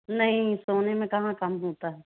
नहीं सोने में कहाँ कम होता है